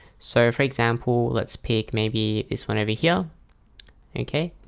so for example, let's pick maybe is one over here okay,